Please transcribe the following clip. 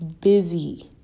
busy